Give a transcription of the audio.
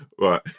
right